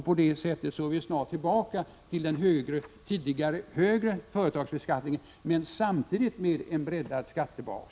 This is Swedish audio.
På det viset är vi snart tillbaka till den tidigare högre företagsbeskattningen, men samtidigt med en breddad skattebas.